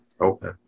Okay